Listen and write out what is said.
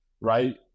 Right